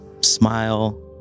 smile